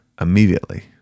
immediately